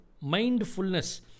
Mindfulness